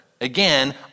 Again